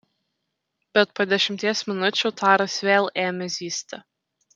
bet po dešimties minučių taras vėl ėmė zyzti